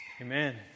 Amen